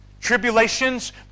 tribulations